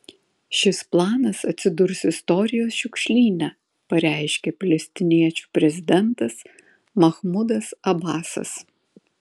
šis planas atsidurs istorijos šiukšlyne pareiškė palestiniečių prezidentas mahmudas abasas